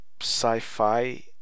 sci-fi